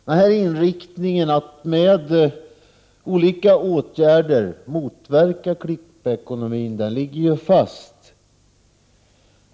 Denna inriktning att motverka klippekonomin genom olika åtgärder ligger ju fast.